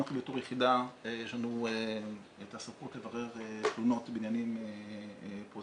אנחנו בתור יחידה יש לנו את הסמכות לברר תלונות בעניינים פרוצדורליים